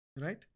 Right